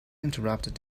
interrupted